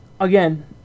Again